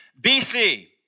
BC